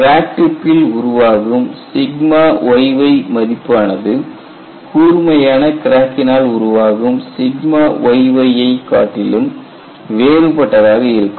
crack டிப்பில் உருவாகும் yy மதிப்பு ஆனது கூர்மையான கிராக்கினால் உருவாகும் yy காட்டிலும் வேறுபட்டதாக இருக்கும்